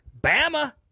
Bama